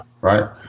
right